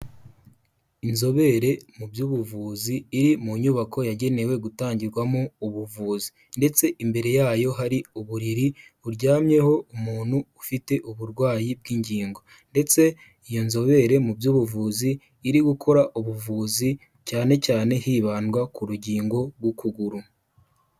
Inzobere mu by'ubuvuzi iri mu nyubako yagenewe gutangirwamo ubuvuzi ndetse imbere yayo hari uburiri buryamyeho umuntu ufite uburwayi bw'ingingo ndetse iyo nzobere mu by'ubuvuzi iri gukora ubuvuzi cyane cyane hibandwa ku rugingo rw'ukuguru.